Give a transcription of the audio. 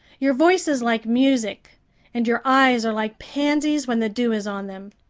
your voice is like music and your eyes are like pansies when the dew is on them.